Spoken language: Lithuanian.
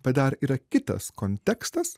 bet dar yra kitas kontekstas